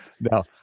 now